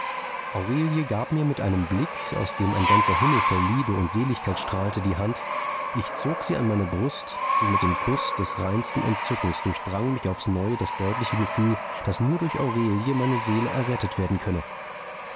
aurelie gab mir mit einem blick aus dem ein ganzer himmel voll liebe und seligkeit strahlte die hand ich zog sie an meine brust und mit dem kuß des reinsten entzückens durchdrang mich aufs neue das deutliche gefühl daß nur durch aurelie meine seele errettet werden könne